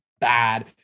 bad